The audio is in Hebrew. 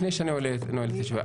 לפני שאני נועל את הישיבה?